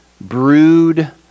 brood